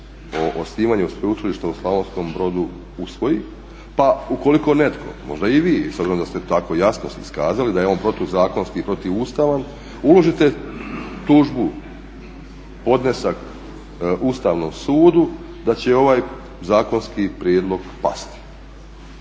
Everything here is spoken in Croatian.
o osnivanju sveučilišta u Slavonskom Brodu usvoji pa ukoliko netko, možda i vi s obzirom da ste tako jasno se iskazali da je protuzakonski i protuustavan, uložite tužbu, podnesak Ustavnom sudu da će ovaj zakonski prijedlog pasti.